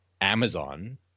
Amazon